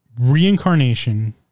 Reincarnation